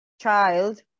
child